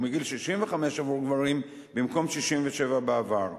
ומגיל 65 עבור גברים, במקום 67 בעבר.